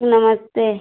नमस्ते